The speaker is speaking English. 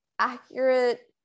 accurate